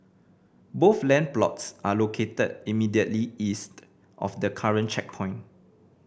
both land plots are located immediately east of the current checkpoint